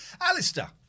Alistair